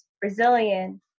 Brazilian